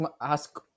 ask